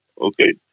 Okay